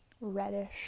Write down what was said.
reddish